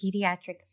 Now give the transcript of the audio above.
Pediatric